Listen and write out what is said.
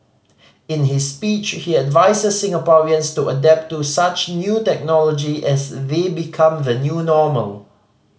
in his speech he advises Singaporeans to adapt to such new technology as we become the new normal